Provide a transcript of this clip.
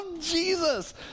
Jesus